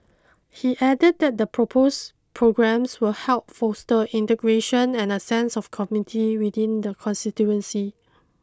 he added that the proposed programmes will help foster integration and a sense of community within the constituency